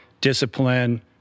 discipline